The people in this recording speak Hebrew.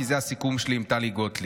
כי זה הסיכום שלי עם טלי גוטליב.